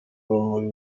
urumuri